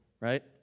right